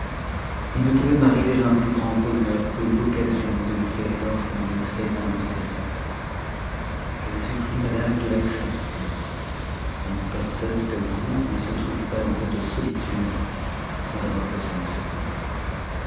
il ne pouvait m'arriver un plus grand bonheur que l'occasion de vous faire l'offre de mes très humbles services je vous supplie madame de l'accepter une personne comme vous ne se trouve pas dans cette solitude sans avoir besoin de secours